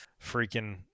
freaking